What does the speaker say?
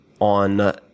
on